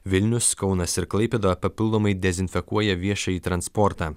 vilnius kaunas ir klaipėda papildomai dezinfekuoja viešąjį transportą